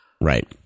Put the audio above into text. Right